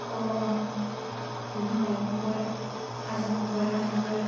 अरन बिफां लाइफांफोर हाजोमाफोर हाजोफोर